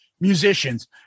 musicians